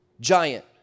giant